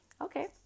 Okay